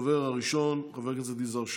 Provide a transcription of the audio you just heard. הדובר הראשון, חבר הכנסת יזהר שי.